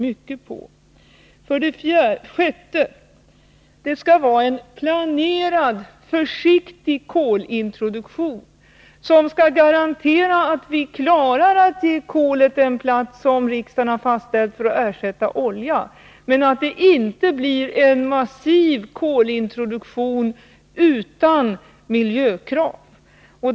Som svar på den sista frågan vill jag säga att det skall vara en planerad, försiktig kolintroduktion, som skall garantera att vi klarar att ge kolet den plats som riksdagen har fastställt för att ersätta olja, men det skall inte bli en massiv kolintroduktion utan miljökrav.